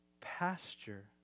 pasture